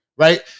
Right